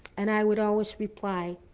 and i would always reply,